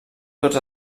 tots